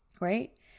right